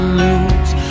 lose